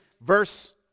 verse